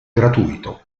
gratuito